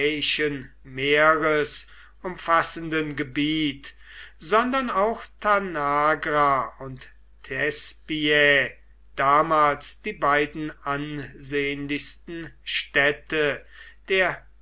meeres umfassenden gebiet sondern auch tanagra und thespiae damals die beiden ansehnlichsten städte der